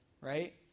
right